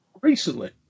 Recently